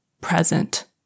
present